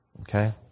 Okay